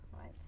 Right